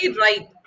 right